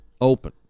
open